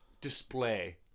display